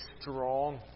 strong